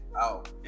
out